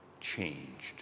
changed